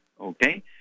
okay